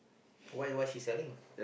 what what she selling